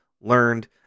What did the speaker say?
learned